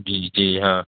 جی جی ہاں